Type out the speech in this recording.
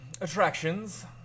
attractions